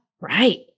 Right